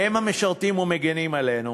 והם המשרתים ומגינים עלינו,